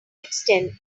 extend